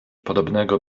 podobnego